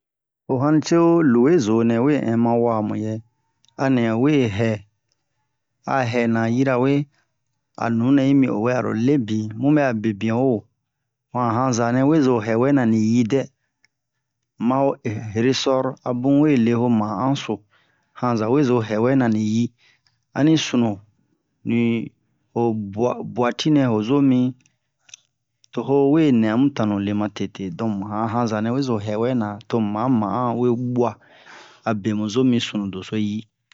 Ho hanuco luwezo nɛ we in ma wa mu yɛ a nɛ we hɛ a hɛna yirawe a nunɛ yi mi o wɛ aro lebin mu bɛ'a bebian wo ho han hanza nɛ we zo hɛ wɛna ni yi dɛ ma'o resor a bun we le ho ma'an so hanza we zo hɛ wɛna ni yi ani sunu ni o ho buatinɛ hozo mi to ho we nɛ amu tanu le ma tete donk han a hanza nɛ we zo hɛwɛ na to mu ma ma'an we bwa abe mu zo mi sunu doso yi